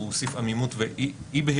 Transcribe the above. הוא מוסיף עמימות ואי-בהירות,